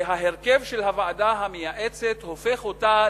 וההרכב של הוועדה המייעצת הופך אותה,